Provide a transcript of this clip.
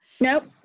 Nope